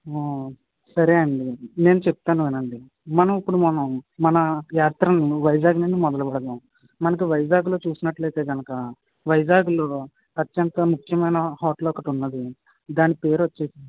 ఆ సరే అండి నేను చెప్తాను వినండి మనం ఇప్పుడు మనం మన యాత్రలను వైజాగ్ నుండి మొదలు పెడదాం మనకు వైజాగ్లో చూసినట్లు అయితే కానుక వైజాగ్లో అత్యంత ముఖ్యమైన హోటల్ ఒకటి ఉంది దాని పేరు వచ్చేసి